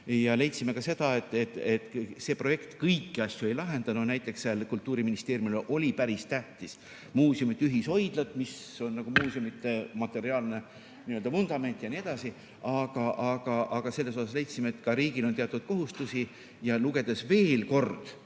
ja leidsime seda, et see projekt kõiki asju ei lahenda. Näiteks Kultuuriministeeriumile olid päris tähtsad muuseumide ühishoidlad, mis on nagu muuseumide materiaalne vundament jne, aga selles suhtes leidsime, et ka riigil on teatud kohustusi. Lugedes veel kord